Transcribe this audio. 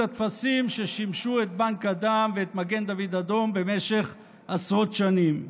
הטפסים ששימשו את בנק הדם ואת מגן דוד אדום במשך עשרות שנים.